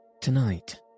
Tonight